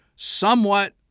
somewhat